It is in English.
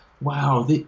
wow